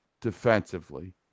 defensively